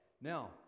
Now